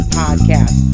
podcast